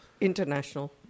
International